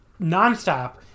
nonstop